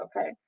Okay